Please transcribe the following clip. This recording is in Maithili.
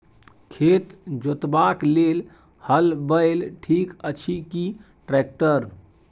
खेत जोतबाक लेल हल बैल ठीक अछि की ट्रैक्टर?